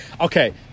Okay